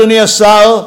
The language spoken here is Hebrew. אדוני השר,